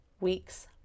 week's